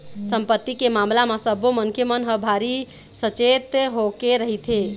संपत्ति के मामला म सब्बो मनखे मन ह भारी सचेत होके रहिथे